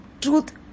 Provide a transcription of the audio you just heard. truth